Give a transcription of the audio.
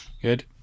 Good